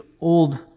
old